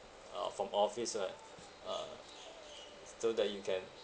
uh from office right ah so that you can